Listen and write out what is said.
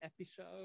episode